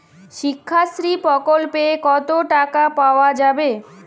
শিক্ষাশ্রী প্রকল্পে কতো টাকা পাওয়া যাবে?